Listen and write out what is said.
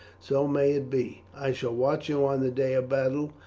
so may it be. i shall watch you on the day of battle,